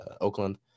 Oakland